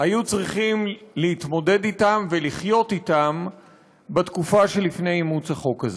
היו צריכים להתמודד ולחיות בתקופה שלפני אימוץ החוק הזה,